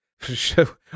sure